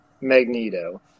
Magneto